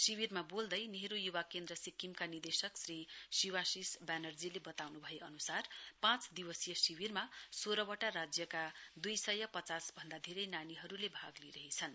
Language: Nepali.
शिविरमा बोल्दै नेहरू य्वा केन्द्र सिक्किमका निदेशक श्री शिवाशिष ब्यानर्जीले बताउन् भए अन्सार पाँच दिवसीय शिविरमा सोह्रवटा राज्यका दुई सय पचास भन्दा धेरै नानीहरूले भाग लिइरहेछन्